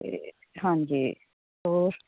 ਅਤੇ ਹਾਂਜੀ ਹੋਰ